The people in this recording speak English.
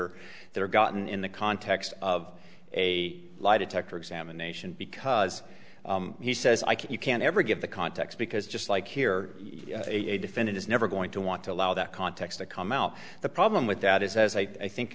are there gotten in the context of a lie detector examination because he says i can't you can't ever give the context because just like here a defendant is never going to want to allow that context to come out the problem with that is as i think